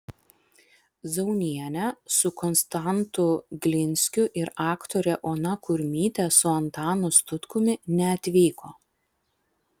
zaunienė su konstantu glinskiu ir aktorė ona kurmytė su antanu sutkumi neatvyko